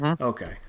Okay